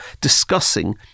discussing